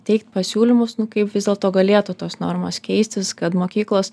teikt pasiūlymus kaip vis dėlto galėtų tos normos keistis kad mokyklos